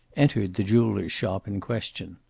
entered the jeweler's shop in question.